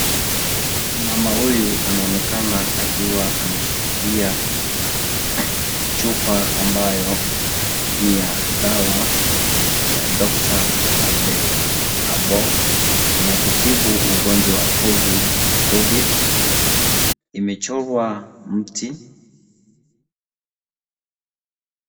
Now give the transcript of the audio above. Mama huyu anaonekana akiwa ameshikilia chupa ambayo ni ya dawa ya dokta Abdella herbal, ni ya kutibu ugonjwa wa covid imechorwa mti.